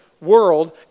world